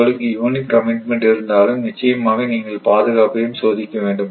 உங்களுக்கு unit commitment இருந்தாலும் நிச்சயமாக நீங்கள் பாதுகாப்பையும் சோதிக்க வேண்டும்